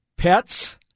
Pets